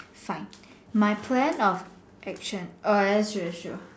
fine my plan of action oh that's true that's true